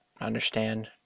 understand